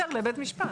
יעתור לבית משפט.